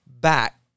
back